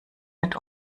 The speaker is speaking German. wird